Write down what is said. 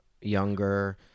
younger